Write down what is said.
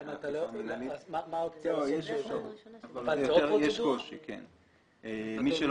בהיתר שקיבל לפי הוראות סעיף 26. מחזיק אמצעי שליטה בגמ"ח מכוח